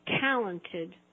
talented